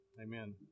Amen